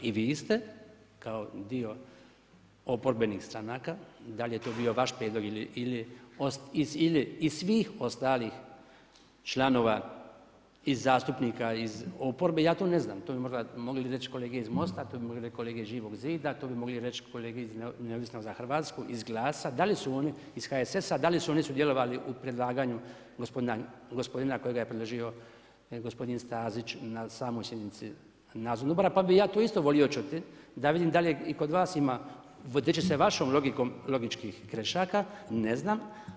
I vi ste kao dio oporbenih stranaka, da li je to bio vaš prijedlog ili i svih ostalih članova i zastupnika iz oporbe, ja to ne znam, to bi možda mogle reći kolege iz MOST-a, to bi možda mogle reći kolege iz Živog zida, to bi mogle reći i kolege iz Neovisno za Hrvatsku, iz GLAS-a, da li su oni iz HSS-a, da li su oni sudjelovali u predlaganju gospodina kojega je predložio gospodin Stazić na samoj sjednici nadzornog odbora pa bih ja to isto volio čuti da vidim da li i kod vas ima, vodeći se vašom logikom logičkih grešaka, ne znam.